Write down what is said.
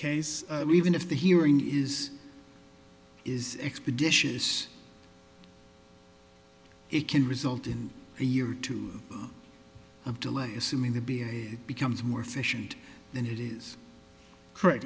case even if the hearing is is expeditious it can result in a year or two of delay assuming the b s a becomes more efficient than it is correct